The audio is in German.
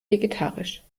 vegetarisch